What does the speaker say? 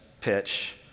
pitch